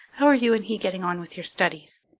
how are you and he getting on with your studies?